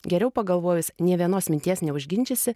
geriau pagalvojus nė vienos minties neužginčysi